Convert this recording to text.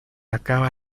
acaba